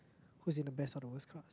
who's in the best or the worst class